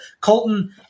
Colton